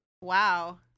Wow